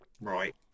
right